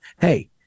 hey